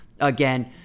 again